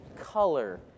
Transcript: color